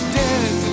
dead